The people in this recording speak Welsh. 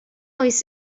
oes